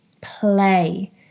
Play